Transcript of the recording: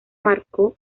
marcó